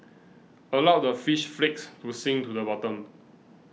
allow the fish flakes to sink to the bottom